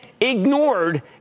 ignored